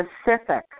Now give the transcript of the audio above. specific